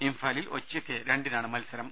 ഇംഫാലിൽ ഉച്ചയ്ക്ക് രണ്ടിനാണ് മത്സരം